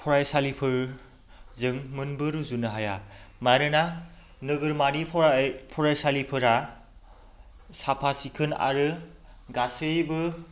फरायसालिफोरजों मोनबो रुजुनो हाया मानोना नोगोरमानि फरायसालिफोरा साफा सिखोन आरो गासैबो